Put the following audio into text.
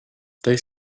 they